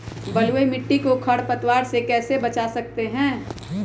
बलुई मिट्टी को खर पतवार से कैसे बच्चा सकते हैँ?